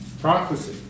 Prophecy